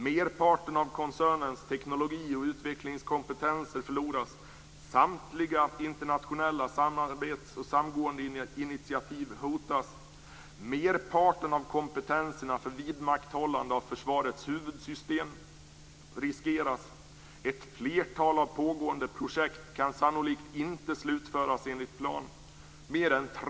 Merparten av koncernens teknologi och utvecklingskompetens förloras. Samtliga internationella samarbets och samgåendeinitiativ hotas. Merparten av kompetensen för vidmakthållande av försvarets huvudsystem riskeras. Ett flertal av pågående projekt kan sannolikt inte slutföras enligt planerna.